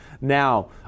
Now